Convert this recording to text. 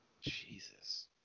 Jesus